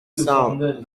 cent